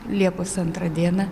liepos antrą dieną